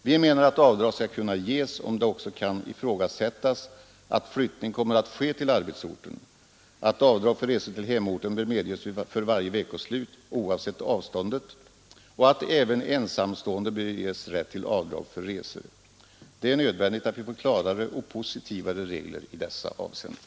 Vi menar att avdrag skall kunna ges om det också kan ifrågasättas att flyttning kommer att ske till arbetsorten, att avdrag för resor till hemorten bör medges för varje veckoslut oavsett avståndet och att även ensamstående bör ges rätt till avdrag för resor. Det är nödvändigt att vi får klarare och positivare regler i dessa avseenden.